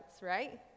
right